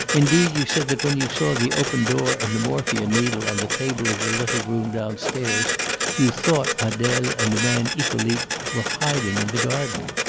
indeed, you said that when you saw the open door and the morphia-needle on the table of the little room downstairs you thought adele and the man hippolyte were hiding in the garden.